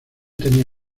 tenía